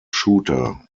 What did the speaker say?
shooter